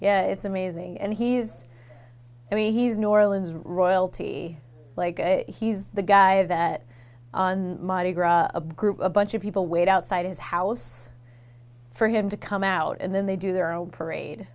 yeah it's amazing and he's i mean he's new orleans royalty like he's the guy that a group a bunch of people wait outside his house for him to come out and then they do their own parade